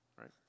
right